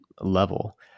level